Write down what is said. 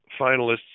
finalists